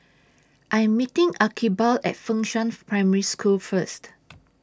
I Am meeting Archibald At Fengshan Primary School First